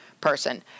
person